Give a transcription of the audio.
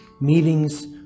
meetings